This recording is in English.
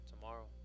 tomorrow